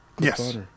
Yes